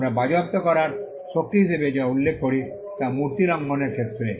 আমরা বাজেয়াপ্ত করার শক্তি হিসাবে যা উল্লেখ করি তা মূর্তির লঙ্ঘনের ক্ষেত্রে